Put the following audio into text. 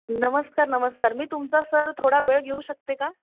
नमस्कार नमस्कार मी तुमचा सर थोडा वेळ घेऊ शकते का